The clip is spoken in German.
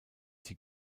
die